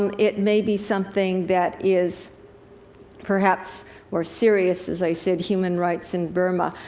um it may be something that is perhaps more serious as i said, human rights in burma.